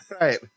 Right